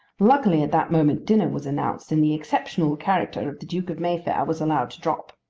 luckily at that moment dinner was announced, and the exceptional character of the duke of mayfair was allowed to drop.